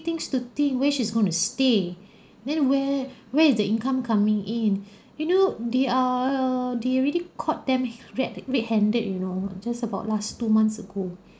things to think where's she going to stay then where where is the income coming in you know they are they already caught them red red handed you know just about last two months ago